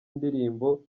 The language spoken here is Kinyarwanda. ndirimbo